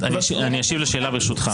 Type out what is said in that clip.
אני אשיב לשאלה, ברשותך.